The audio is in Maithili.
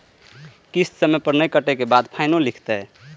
किस्त समय पर नय कटै के बाद फाइनो लिखते?